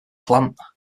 plant